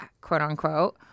quote-unquote